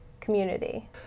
community